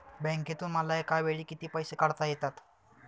बँकेतून मला एकावेळी किती पैसे काढता येतात?